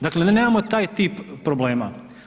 Dakle mi nemamo taj tip problema.